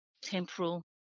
temporal